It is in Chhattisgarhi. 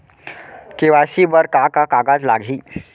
के.वाई.सी बर का का कागज लागही?